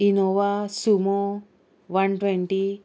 Innova sumo one twenty